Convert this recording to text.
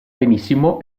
benissimo